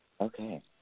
Okay